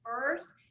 first